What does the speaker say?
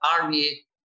army